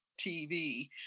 tv